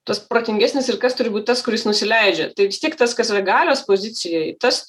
tas protingesnis ir kas turi būt tas kuris nusileidžia tai vis tiek tas kas yra galios pozicijoj tas